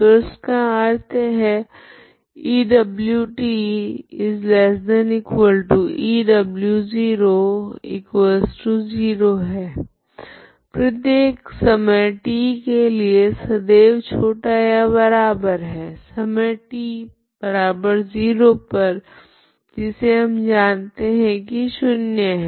तो इसका अर्थ E≤ E0 है प्रत्येक समय t के लिए सदैव छोटा या बराबर है समय t0 पर जिसे हम जानते है की शून्य है